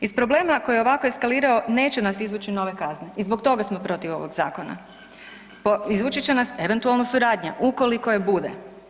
Iz problema koji je ovako eskalirao neće nas izvući nove kazne i zbog toga smo protiv ovog zakona, izvući će nas eventualno suradnja ukoliko je bude.